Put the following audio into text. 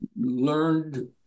learned